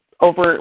Over